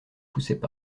poussaient